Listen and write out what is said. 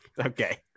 Okay